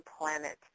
planet